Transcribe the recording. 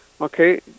okay